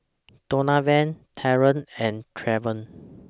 Donavan Derald and Travon